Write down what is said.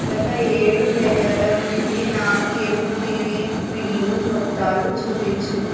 గత ఏడు నెలల నుండి నా కేబుల్ టీవీ బిల్లు మొత్తాలు చూపించు